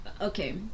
okay